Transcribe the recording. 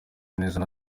neza